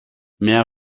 mehr